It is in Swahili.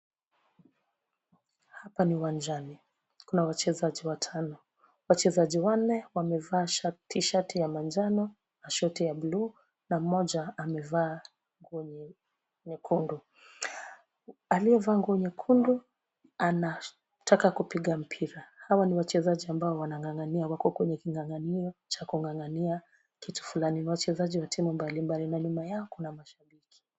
Hapa ni uwanjani. Kuna wachezaji watano. Wachezaji wanne wamevaa t-shirt ya manjano na short ya bluu na mmoja amevaa nguo nyekundu. Aliyevaa nguo nyekundu, anataka kupiga mpira. Hawa ni wachezaji ambao wanang'ang'ania, wako kwenye kinyang'anyiro cha kung'ang'ania kitu fulani. Ni wachezaji wa timu mbali mbali na nyuma yao kuna mashabiki.